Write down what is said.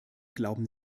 glauben